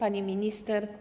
Pani Minister!